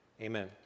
amen